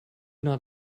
not